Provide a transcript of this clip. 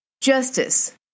Justice